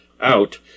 out